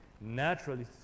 naturally